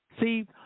See